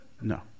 No